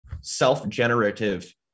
self-generative